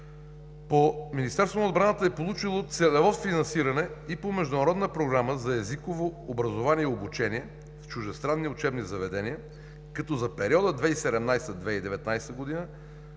Министерството на отбраната е получило целево финансиране и по Международна програма за езиково образование и обучение в чуждестранни учебни заведения, като за периода 2017 – 2019 г.,